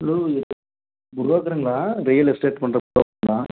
hello ப்ரோக்கருங்களா real estate பண்ணுற ப்ரோக்கருங்களா